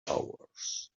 hours